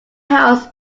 house